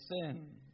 sin